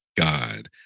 god